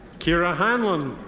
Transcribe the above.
kira hanlon.